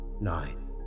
nine